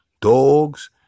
dogs